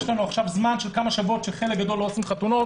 יש לנו עכשיו זמן של כמה שבועות כאשר חלק גדול לא עושים חתונות,